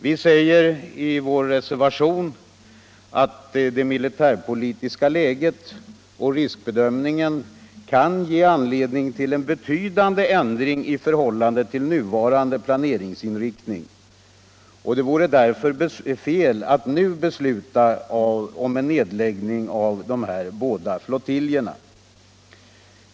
Vi säger i vår reservation att det militärpolitiska läget och riskbedöm = Indragning av vissa ningen kan ge anledning till en betydande ändring i förhållande till nu = flottiljadministravarande planeringsinriktning och att det därför vore fel att nu besluta = tioner vid flygvapnet om en nedläggning av de här båda flottiljerna.